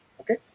okay